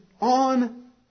on